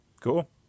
Cool